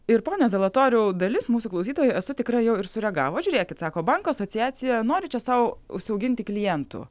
ir pone zalatoriau dalis mūsų klausytojų esu tikra jau ir sureagavo žiūrėkit sako bankų asociacija nori čia sau užsiauginti klientų